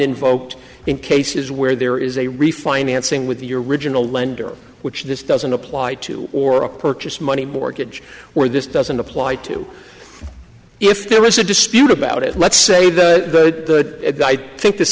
invoked in cases where there is a refinancing with your original lender which this doesn't apply to or a purchase money mortgage where this doesn't apply to if there is a dispute about it let's say the i think this